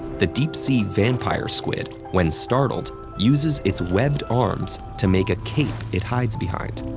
the deep-sea vampire squid, when startled, uses its webbed arms to make a cape it hides behind.